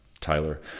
Tyler